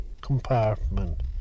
compartment